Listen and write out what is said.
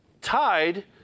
tied